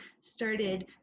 started